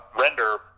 render